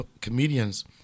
comedians